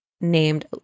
named